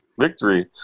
victory